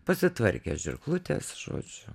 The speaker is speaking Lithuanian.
pasitvarkė žirklutes žodžiu